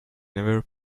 never